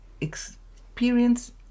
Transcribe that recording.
experience